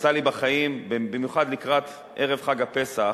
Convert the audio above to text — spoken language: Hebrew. יצא לי בחיים, במיוחד לקראת ערב חג הפסח,